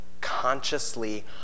consciously